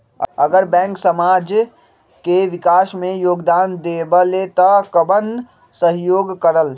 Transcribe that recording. अगर बैंक समाज के विकास मे योगदान देबले त कबन सहयोग करल?